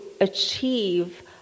achieve